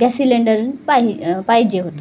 gas cylinder पाहि पाहिजे होतो